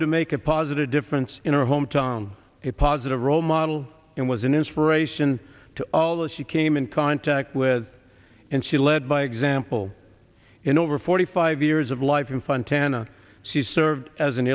to make a positive difference in her hometown a positive role model and was an inspiration to all that she came in contact with and she led by example in over forty five years of life and fun tana she served as an